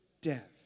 death